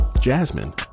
Jasmine